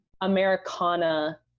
Americana